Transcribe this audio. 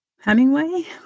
Hemingway